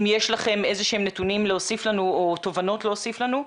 אם יש לכם איזה שהם נתונים או תובנות להוסיף לנו.